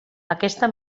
aquesta